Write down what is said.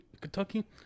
Kentucky